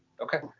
Okay